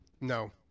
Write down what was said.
no